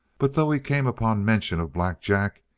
but though he came upon mention of black jack,